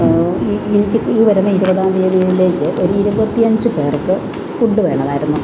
എനിക്ക് ഈ വരുന്ന ഇരുപതാം തീയതിയിലേക്ക് ഒരു ഇരുപത്തിയഞ്ച് പേർക്ക് ഫുഡ് വേണമായിരുന്നു